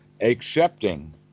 accepting